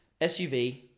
SUV